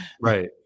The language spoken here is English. Right